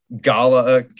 gala